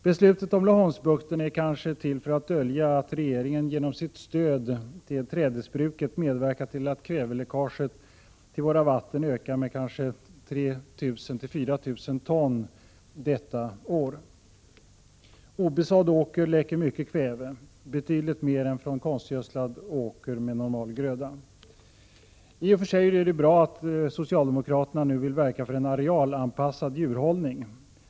Beslutet om Laholmsbukten är kanske till för att dölja att regeringen genom sitt stöd till trädesbruket medverkar till att kväveläckaget till våra vatten ökar med kanske 3 000-4 000 ton detta år. Obesådd åker läcker mycket kväve, betydligt mer än konstgödslad åker med normal gröda. I och för sig är det bra att socialdemokraterna nu vill verka för en arealanpassad djurhållning.